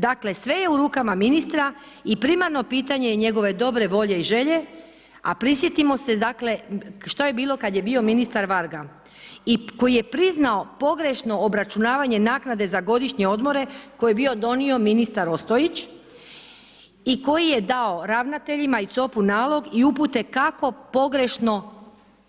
Dakle, sve je u rukama ministra i primarno pitanje njegove dobre volje i želje a prisjetimo se dakle što je bilo kada je bio ministar Varga i koji je priznao pogrešno obračunavanje naknade za godišnje odmore koji je bio donio ministar Ostojić i koji je dao ravnateljima i COP-u nalog i upute kako pogrešno